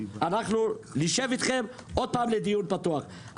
אנחנו נשב אתכם שוב לדיון פתוח.